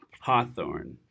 hawthorne